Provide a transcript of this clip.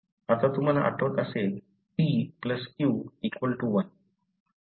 आता तुम्हाला आठवत असेल p q 1